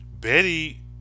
Betty